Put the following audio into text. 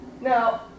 Now